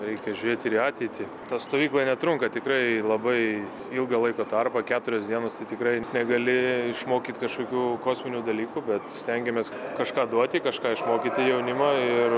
reikia žiūrėt ir į ateitį ta stovykla netrunka tikrai labai ilgą laiko tarpą keturios dienos tai tikrai negali išmokyt kažkokių kosminių dalykų bet stengiamės kažką duoti kažką išmokyti jaunimą ir